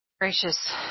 Gracious